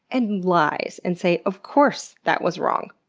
and lies, and say, of course that was wrong.